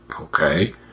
okay